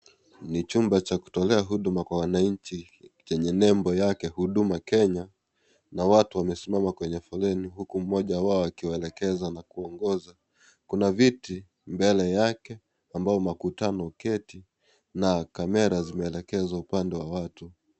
Ni chumba cha kutolea huduma kwa wananchi, chenye nembo yake Huduma Kenya na watu wamesimama kwenye foleni, huku moja wao akiwaelekeza na kuwaongoza. Kuna viti mbele yake ambao, mkutano huketi na kamera zimeelekezwa upande wa watu.